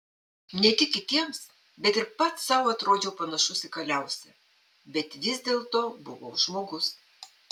ne tik kitiems bet ir pats sau atrodžiau panašus į kaliausę bet vis dėlto buvau žmogus